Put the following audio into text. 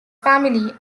family